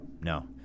no